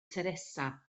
teresa